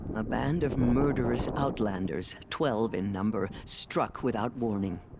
a band of murderous outlanders. twelve in number. struck without warning.